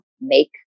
make